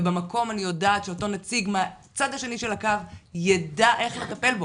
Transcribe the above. ובמקום אני יודעת שאותו נציג מהצד השני של הקו יידע איך לטפל בו.